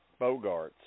Bogarts